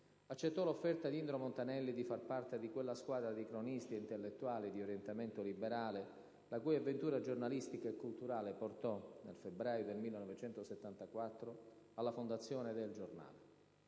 accettò l'offerta di Indro Montanelli di far parte di quella squadra di cronisti ed intellettuali di orientamento liberale la cui avventura giornalistica e culturale portò, nel febbraio del 1974, alla fondazione de «il Giornale».